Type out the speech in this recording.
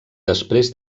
després